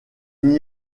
n’y